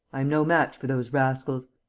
i am no match for those rascals.